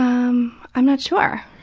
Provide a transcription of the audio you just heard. um, i'm not sure.